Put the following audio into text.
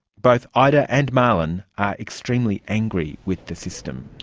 both ida and marlon are extremely angry with the system